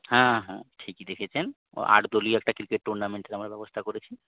হ্যাঁ হ্যাঁ ঠিকই দেখেছেন ও আট দলীয় একটা ক্রিকেট টুর্নামেন্ট আনার ব্যবস্থা করেছি